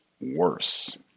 worse